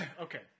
okay